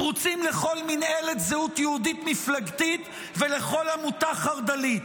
פרוצים לכל מינהלת זהות יהודית מפלגתית ולכל עמותה חרד"לית,